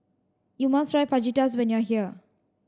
you must try Fajitas when you are here